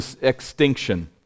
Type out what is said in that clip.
extinction